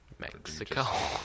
Mexico